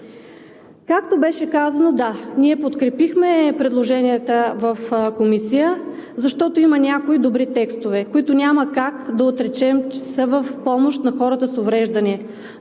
Както беше казано, да, ние подкрепихме предложенията в Комисията, защото има някои добри текстове, които няма как да отречем, че са в помощ на хората с увреждания.